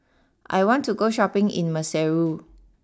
I want to go Shopping in Maseru